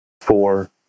four